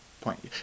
point